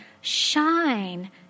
shine